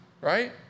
right